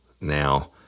Now